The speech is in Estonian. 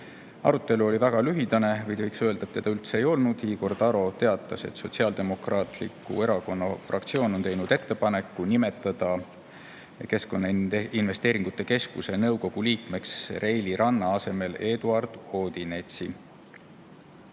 Arutelu oli väga lüheldane, võiks öelda, et seda ei olnud üldse. Igor Taro teatas, et Sotsiaaldemokraatliku Erakonna fraktsioon on teinud ettepaneku nimetada Keskkonnainvesteeringute Keskuse nõukogu liikmeks Reili Ranna asemel Eduard Odinets.